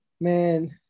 Man